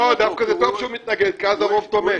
דווקא זה טוב שהוא מתנגד כי אז הרוב תומך.